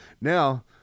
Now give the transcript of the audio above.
Now